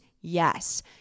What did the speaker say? yes